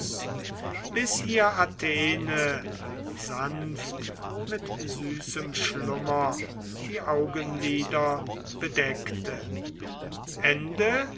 bis ihr athene sanft mit süßem schlummer die augenlider bedeckte